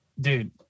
dude